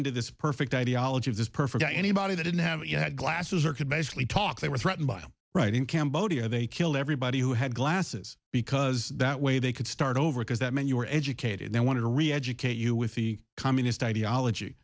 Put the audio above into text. into this perfect ideology of this perfect anybody that didn't have you had glasses or could basically talk they were threatened by a right in cambodia they killed everybody who had glasses because that way they could start over because that meant you were educated they want to reeducate you with the communist ideology